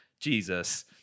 Jesus